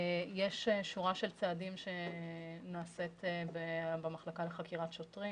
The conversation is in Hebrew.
יש שורה של צעדים שנעשית במחלקה לחקירת שוטרים,